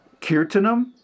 Kirtanam